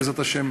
בעזרת השם,